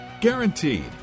Guaranteed